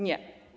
Nie.